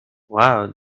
wow